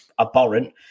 abhorrent